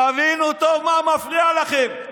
תבינו טוב מה מפריע לכם.